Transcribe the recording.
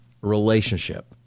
relationship